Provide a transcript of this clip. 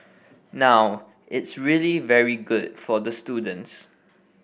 now it's really very good for the students